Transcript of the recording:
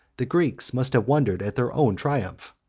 the greeks must have wondered at their own triumph.